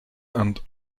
and